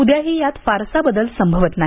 उद्याही यात फारसा बदल संभवत नाही